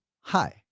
hi